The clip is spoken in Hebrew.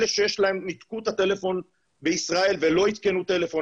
אלה שניתקן את הטלפון בישראל ולא עדכנו טלפון